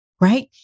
right